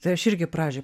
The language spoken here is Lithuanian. tai aš irgi pradžioj